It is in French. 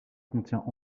contient